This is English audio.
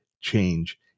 change